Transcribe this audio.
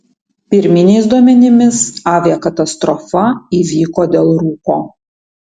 pirminiais duomenimis aviakatastrofa įvyko dėl rūko